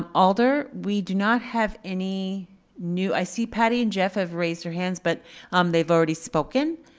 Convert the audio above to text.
um alder. we do not have any new. i see patti and jeff have raised their hands, but um they've already spoken.